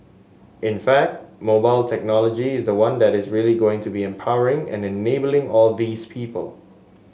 in fact mobile technology is the one that is really going to be empowering and enabling all these people